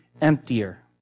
emptier